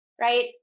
Right